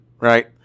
right